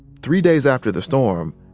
three days after the storm,